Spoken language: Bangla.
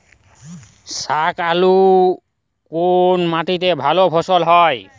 শাকালু কোন মাটিতে ভালো ফলন হয়?